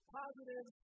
positive